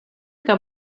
que